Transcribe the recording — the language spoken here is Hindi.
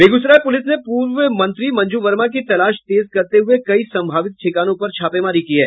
बेगूसराय प्रलिस ने पूर्व मंत्री मंजू वर्मा की तलाश तेज करते हुये कई संभावित ठिकानों पर छापेमारी की है